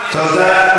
הפשיעה, אדוני, תודה.